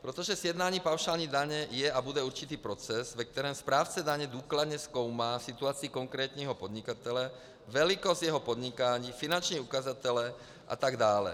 Protože sjednání paušální daně je a bude určitý proces, ve kterém správce daně důkladně zkoumá situaci konkrétního podnikatele, velikost jeho podnikání, finanční ukazatele atd.